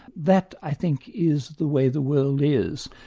that i think, is the way the world is,